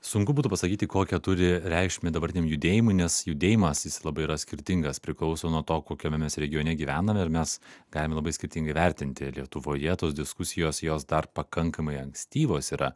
sunku būtų pasakyti kokią turi reikšmę dabartiniam judėjimui nes judėjimas jis labai yra skirtingas priklauso nuo to kokiame mes regione gyvename ir mes galime labai skirtingai vertinti lietuvoje tos diskusijos jos dar pakankamai ankstyvos yra